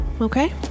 okay